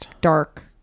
dark